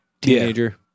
teenager